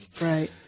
Right